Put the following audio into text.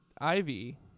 ivy